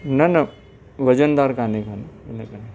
न न वज़नदार कोन्हे कोन्हे